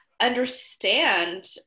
understand